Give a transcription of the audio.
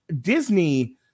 disney